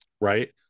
Right